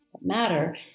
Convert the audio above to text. matter